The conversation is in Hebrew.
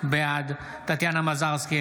בעד טטיאנה מזרסקי,